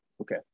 Okay